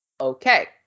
Okay